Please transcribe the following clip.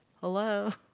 Hello